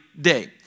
day